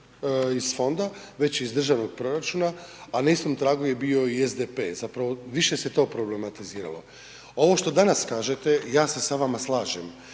iz fonda već iz državnog proračuna, a na istom tragu je bio i SDP. Zapravo više se to problematiziralo. Ovo što danas kažete ja se sa vama slažem.